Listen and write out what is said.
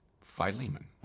Philemon